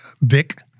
Vic